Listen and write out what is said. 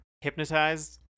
hypnotized